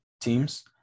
teams